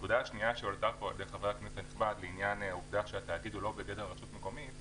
חבר הכנסת דיבר על כך שהתאגיד הוא לא בגדר רשות מקומית.